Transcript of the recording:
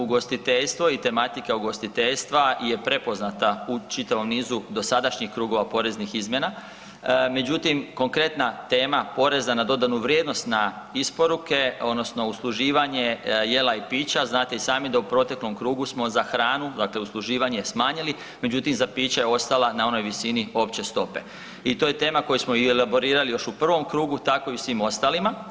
Ugostiteljstvo i tematika ugostiteljstva je prepoznata u čitavom nizu dosadašnjih krugova poreznih izmjena, međutim konkretna tema poreza na dodanu vrijednost na isporuke odnosno usluživanje jela i pića, znate i sami da u proteklom krugu smo za hranu, dakle usluživanje smanjili međutim za piće je ostala na onoj visini opće stope i to je tema koju smo i elaborirali još u prvom krugu, tako i u svim ostalima.